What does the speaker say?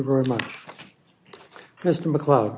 very much mr macleod